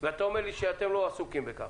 ואתה אומר לי שאתם לא עסוקים בכך.